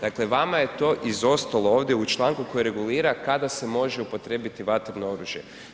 Dakle, vama je to izostalo ovdje u čl. koji regulira kada se može upotrijebiti vatreno oružje.